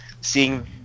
seeing